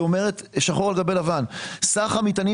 אומרת שחור על גבי לבן: סך המטענים